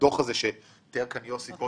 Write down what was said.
הדוח שתיאר כאן יוסי זה